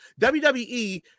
WWE